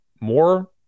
more